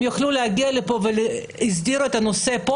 הם יוכלו להגיע לפה ולהסדיר את הנושא פה?